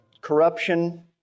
corruption